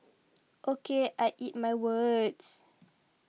O K I eat my words